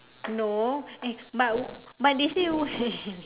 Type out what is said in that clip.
no eh but but they say wait